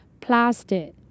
plastic